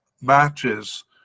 matches